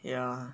ya